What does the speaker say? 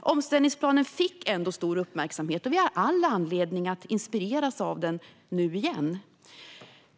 Omställningsplanen fick ändå stor uppmärksamhet, och vi har all anledning att inspireras av den nu igen.